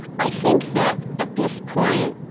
i think that at this point,